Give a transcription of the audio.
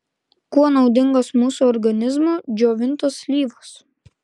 kuo naudingos mūsų organizmui džiovintos slyvos